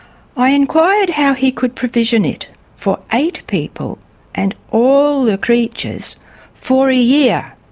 i enquired how he could provision it for eight people and all the creatures for a year,